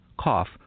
cough